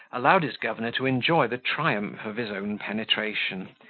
allowed his governor to enjoy the triumph of his own penetration,